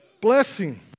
Blessing